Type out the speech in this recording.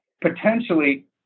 potentially